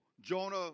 Jonah